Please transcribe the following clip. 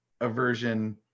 aversion